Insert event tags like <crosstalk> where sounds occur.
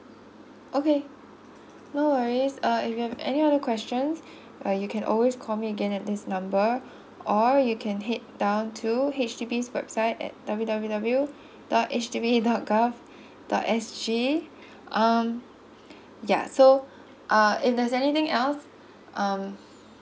okay no worries uh if you have any other questions <breath> uh you can always call me again at this number or you can head down to H_D_B website at W W W dot H D B dot com <breath> dot S G um ya so uh if there's anything else um